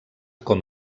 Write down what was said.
com